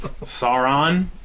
Sauron